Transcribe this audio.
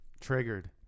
Triggered